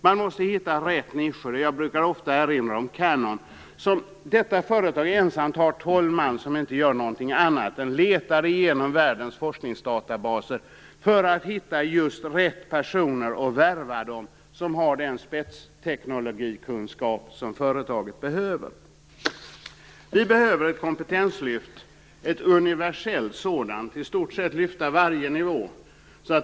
Man måste hitta rätt nischer. Jag brukar ofta erinra om företaget Canon, som har tolv man som inte gör någonting annat än att leta igenom världens forskningsdatabaser för att hitta just rätt personer och värva dem som har den spetsteknologikunskap som företaget behöver. Vi behöver ett kompetenslyft, ett universellt sådant. Vi behöver i stort sett lyfta varje nivå.